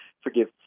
forgive